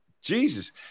Jesus